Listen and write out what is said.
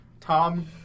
Tom